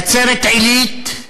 נצרת-עילית.